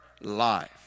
life